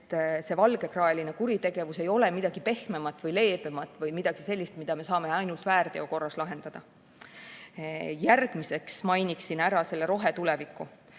et see valgekraeline kuritegevus ei ole midagi pehmemat või leebemat või midagi sellist, mida me saame ainult väärteokorras lahendada. Järgmiseks mainin ära rohetuleviku.